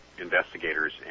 investigators